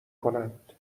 کنند